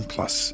Plus